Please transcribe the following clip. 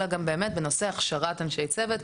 אלא גם בהכשרת אנשי צוות,